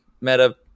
Meta